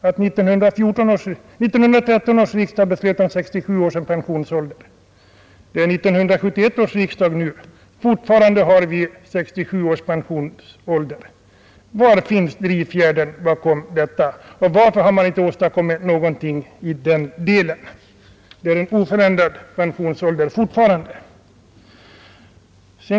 Detta är ändå märkligt när 1913 års riksdag beslöt om 67 är som pensionsålder. Det är 1971 års riksdag nu — fortfarande har vi 67 år som pensionsålder. Var finns drivfjädern här, och varför har man inte åstadkommit någonting i den delen? Pensionsåldern är fortfarande oförändrad.